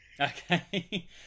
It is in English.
Okay